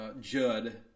Judd